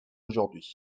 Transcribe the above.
aujourd’hui